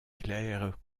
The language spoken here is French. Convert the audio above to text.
clair